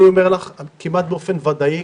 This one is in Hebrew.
אני אומר לך כמעט באופן ודאי,